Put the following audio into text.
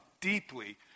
deeply